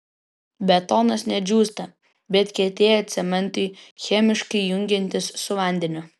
betonas ne džiūsta bet kietėja cementui chemiškai jungiantis su vandeniu